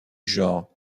genre